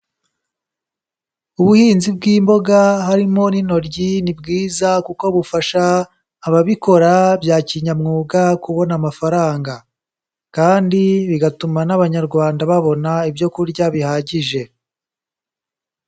Ubuhinzi bw'imboga harimo n'intoryi ni bwiza, kuko bufasha ababikora bya kinyamwuga kubona amafaranga, kandi bigatuma n'abanyarwanda babona ibyo kurya bihagije.